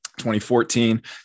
2014